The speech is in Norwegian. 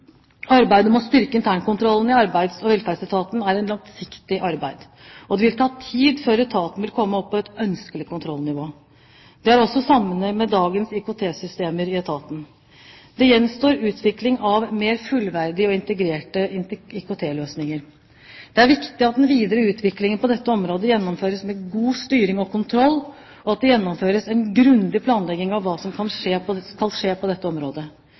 Arbeidet med å styrke internkontrollen i Arbeids- og velferdsetaten er et langsiktig arbeid, og det vil ta tid før etaten vil komme opp på et ønskelig kontrollnivå. Det har også sammenheng med dagens IKT-systemer i etaten. Det gjenstår utvikling av mer fullverdige og integrerte IKT-løsninger. Det er viktig at den videre utviklingen på dette området gjennomføres med god styring og kontroll, og at det gjennomføres en grundig planlegging av hva som skal skje på dette området.